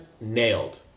nailed